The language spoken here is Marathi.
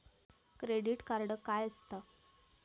क्रेडिट कार्ड काय असता?